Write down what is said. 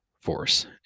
force